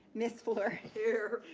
ms. fluor. here.